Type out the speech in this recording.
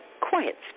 quiet